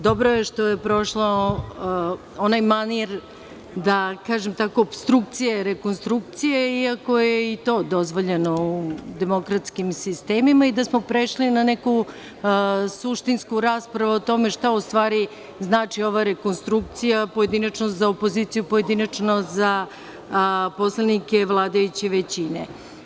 Dobro je što je prošao onaj manir, da kažem tako, opstrukcije rekonstrukcije iako je i to dozvoljeno u demokratskim sistemima i da smo prešli na neku suštinsku raspravu o tome šta ustvari znači ova rekonstrukcija, pojedinačno za opoziciju, a pojedinačno za poslanike vladajuće većine.